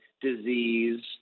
disease